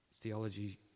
Theology